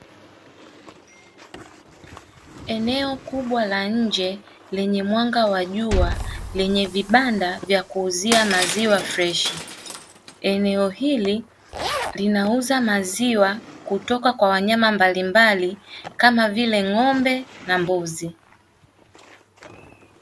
Eneo kubwa la nje lenye mwanga wa jua lenye vibanda vya kuuzia maziwa freshi, eneo hili linauza maziwa kutoka kwa wanyama mbalimbali kama vile ng'ombe na mbuzi.